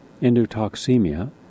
endotoxemia